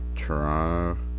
Toronto